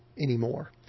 anymore